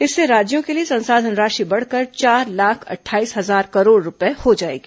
इससे राज्यों के लिए संसाधन राशि बढ़कर चार लाख अटठाईस हजार करोड रुपये हो जाएगी